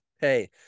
hey